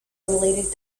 related